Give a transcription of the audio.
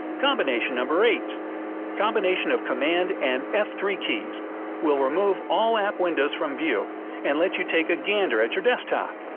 combination eight combination of command and f three keys will remove all app windows from view and let you take a gander at your desktop.